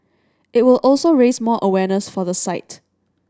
it will also raise more awareness for the site